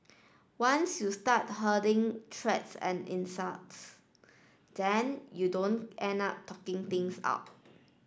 once you start hurting threats and insults then you don't end up talking things out